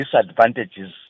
disadvantages